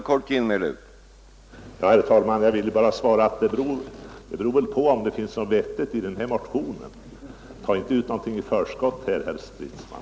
Herr talman! Jag vill bara svara att det naturligtvis beror på om det finns någonting vettigt i den motionen. Ta inte ut någonting i förskott, herr Stridsman!